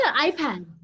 iPad